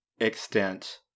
extent